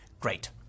Great